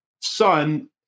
son